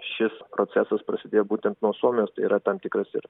šis procesas prasidėjo būtent nuo suomijos yra tam tikras ir